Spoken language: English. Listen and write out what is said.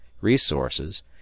resources